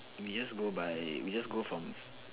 we just go by we just go from